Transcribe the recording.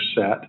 set